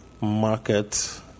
market